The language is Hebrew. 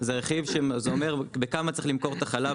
זה רכיב שאומר בכמה צריך למכור את החלב